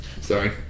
Sorry